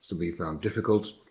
something you found difficult,